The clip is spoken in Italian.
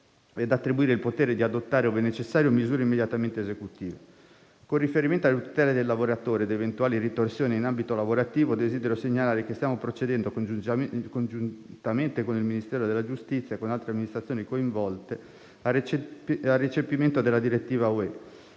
e ad attribuire il potere di adottare, ove necessario, misure immediatamente esecutive. Con riferimento alla tutela del lavoratore e ad eventuali ritorsioni in ambito lavorativo, desidero segnalare che stiamo procedendo, congiuntamente con il Ministero della giustizia e con altre Amministrazioni coinvolte, al recepimento della direttiva